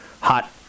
hot